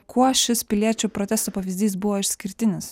kuo šis piliečių protesto pavyzdys buvo išskirtinis